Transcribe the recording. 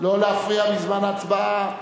להפריע בזמן ההצבעה.